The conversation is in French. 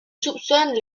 soupçonne